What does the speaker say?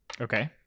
Okay